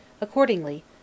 Accordingly